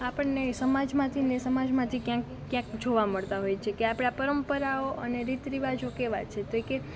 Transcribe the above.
આપણને સમાજમાંથી ને સમાજમાંથી ક્યાંક ક્યાંક જોવા મળતા હોય છે કે આપણે પરંપરાઓ અને રીત રિવાજો કેવા છે તો કે